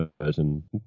version